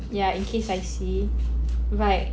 yeah in case I see right